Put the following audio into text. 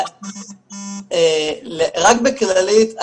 זה משרד הבריאות.